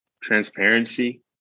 transparency